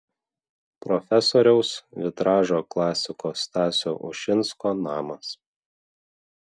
profesoriaus vitražo klasiko stasio ušinsko namas